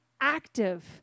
active